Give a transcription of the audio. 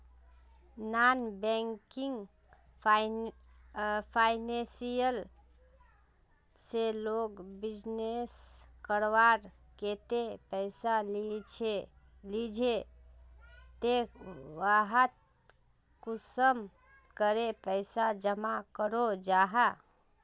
Non banking financial से लोग business करवार केते पैसा लिझे ते वहात कुंसम करे पैसा जमा करो जाहा?